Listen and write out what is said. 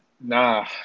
Nah